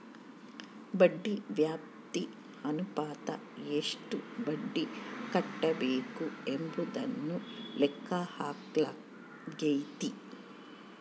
ಬಡ್ಡಿ ವ್ಯಾಪ್ತಿ ಅನುಪಾತ ಎಷ್ಟು ಬಡ್ಡಿ ಕಟ್ಟಬೇಕು ಎಂಬುದನ್ನು ಲೆಕ್ಕ ಹಾಕಲಾಗೈತಿ